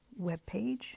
webpage